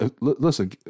Listen